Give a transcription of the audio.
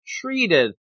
treated